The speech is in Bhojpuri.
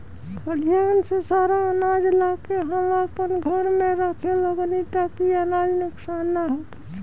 खलिहान से सारा आनाज ला के हम आपना घर में रखे लगनी ताकि अनाज नुक्सान ना होखे